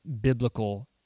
biblical